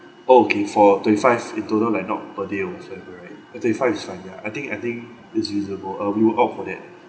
okay for twenty five in total like not per day offer right uh twenty five is fine ya I think I think it's usable uh we will opt for that